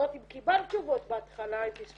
לא יודעת אם קיבלת תשובות בהתחלה ופספסתי.